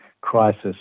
crisis